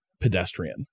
pedestrian